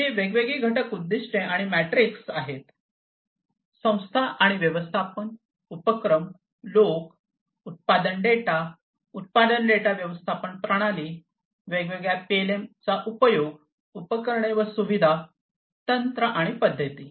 हे वेगवेगळी घटक उद्दीष्टे आणि मॅट्रिक्स आहेत संस्था आणि व्यवस्थापन उपक्रम लोक उत्पादन डेटा उत्पादन डेटा व्यवस्थापन प्रणाली वेगवेगळ्या पीएलएमचा उपयोग उपकरणे व सुविधा तंत्र आणि पद्धती